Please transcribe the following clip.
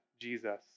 Jesus